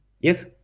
Yes